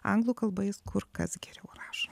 anglų kalba jis kur kas geriau rašo